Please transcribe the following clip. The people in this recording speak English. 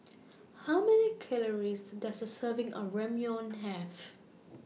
How Many Calories Does A Serving of Ramyeon Have